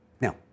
Now